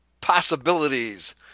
possibilities